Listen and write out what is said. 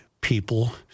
people